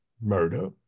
murder